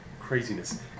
Craziness